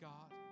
God